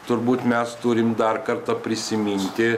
turbūt mes turim dar kartą prisiminti